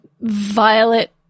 Violet